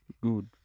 Good